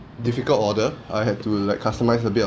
difficult order I had to like customise a bit of